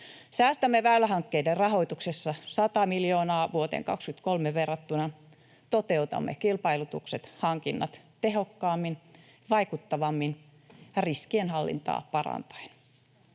Säästämme väylähankkeiden rahoituksessa 100 miljoonaa vuoteen 23 verrattuna. Toteutamme kilpailutukset ja hankinnat tehokkaammin ja vaikuttavammin riskienhallintaa parantaen.